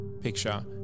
picture